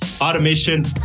automation